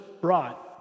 brought